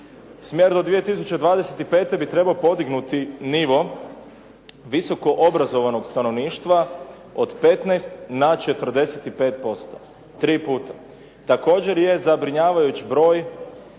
Smjer do 2025. bi trebao podignuti nivo visoko obrazovanog stanovništva od 15 na 45%, tri puta. Također je zabrinjavajuć broj